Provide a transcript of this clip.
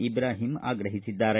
ಇಬ್ರಾಹಿಂ ಆಗ್ರಹಿಸಿದ್ದಾರೆ